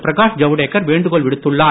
பிரகாஷ் ஜவ்டேக்கர் வேண்டுகோள் விடுத்துள்ளார்